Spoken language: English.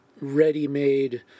ready-made